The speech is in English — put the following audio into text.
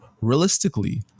realistically